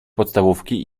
podstawówki